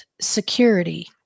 security